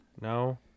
No